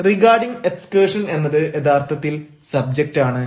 regarding excursion എന്നത് യഥാർത്ഥത്തിൽ subject ആണ്